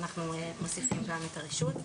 אנחנו מוסיפים כאן את הרשות.